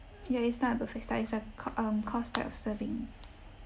ya it's not a buffet style it's a co~ um course type of serving